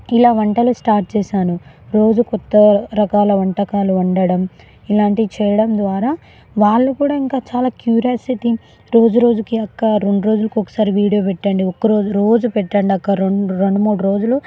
ఇలా వంటలు స్టార్ట్ చేసాను రోజూ క్రొత్త రకాల వంటకాలు వండటం ఇలాంటివి చేయడం ద్వారా వాళ్ళు కూడా ఇంకా చాలా క్యూరియాసిటి రోజురోజుకి అక్కా రెండు రోజులకి ఒకసారి వీడియో పెట్టండి ఒక్క రోజు రోజూ పెట్టండి అక్కా రెండు మూడు రోజులు